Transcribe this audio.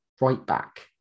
right-back